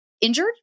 injured